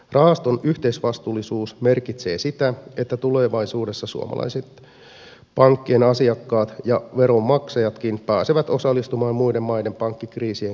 rahaston yhteisvastuullisuus merkitsee sitä että tulevaisuudessa suomalaiset pankkien asiakkaat ja veronmaksajatkin pääsevät osallistumaan muiden maiden pankkikriisien kustannuksiin